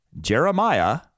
Jeremiah